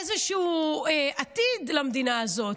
איזשהו עתיד למדינה הזאת?